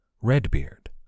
Redbeard